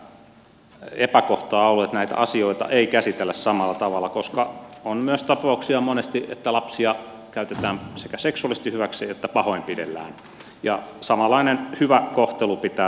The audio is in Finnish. eli tässä on monennäköistä epäkohtaa ollut että näitä asioita ei käsitellä samalla tavalla koska on myös tapauksia monesti että lapsia sekä käytetään seksuaalisesti hyväksi että pahoinpidellään ja samanlainen hyvä kohtelu pitää saada